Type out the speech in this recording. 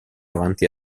avanti